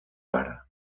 pare